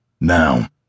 Now